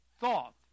thought